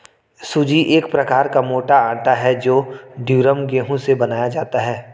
सूजी एक प्रकार का मोटा आटा है जो ड्यूरम गेहूं से बनाया जाता है